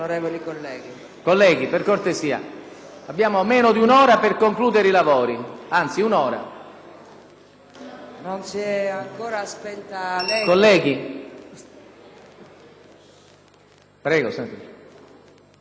Non si è ancora spenta l'eco delle parole pronunciate dal collega leghista